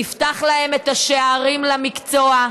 נפתח להם את השערים למקצוע.